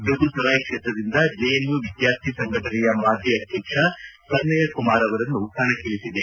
ಬೆಗುಸರಾಯ್ ಕ್ಷೇತ್ರದಿಂದ ಜೆಎನ್ಯು ವಿದ್ಯಾರ್ಥಿ ಸಂಘಟನೆಯ ಮಾಜಿ ಅಧ್ಯಕ್ಷ ಕನ್ನಯ್ಯ ಕುಮಾರ್ ಅವರನ್ನು ಕಣಕ್ಕಿಳಿಸಿದೆ